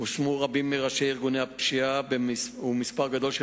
הושמו רבים מראשי ארגוני הפשיעה ומספר גדול של